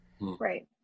right